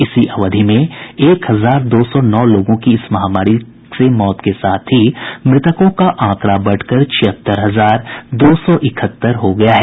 इसी अवधि में एक हजार दो सौ नौ लोगों की इस महामारी से मौत के साथ ही मृतकों का आंकड़ा बढ़कर छिहत्तर हजार दो सौ इकहत्तर हो गया है